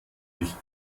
nicht